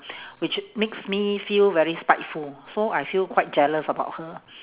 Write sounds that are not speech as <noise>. <breath> which makes me feel very spiteful so I feel quite jealous about her